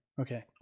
Okay